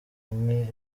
umwe